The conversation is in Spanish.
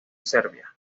serbia